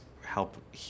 help